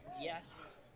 yes